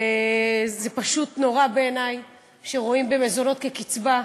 וזה פשוט נורא בעיני שרואים במזונות קצבה.